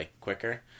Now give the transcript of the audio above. quicker